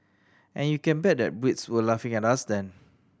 and you can bet that Brits were laughing at us then